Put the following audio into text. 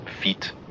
feet